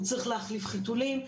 הוא צריך להחליף חיתולים,